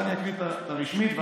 אקריא את התשובה הרשמית,